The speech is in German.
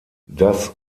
das